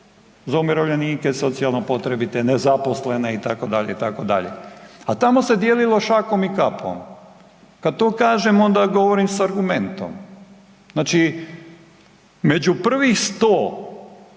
za umirovljenike, socijalno potrebite, nezaposlene itd., itd., a tamo se dijelilo šakom i kapom. Kad to kažem onda govorim s argumentom. Znači među prvih 100